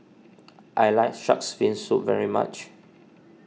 I like Shark's Fin Soup very much